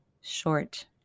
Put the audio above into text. short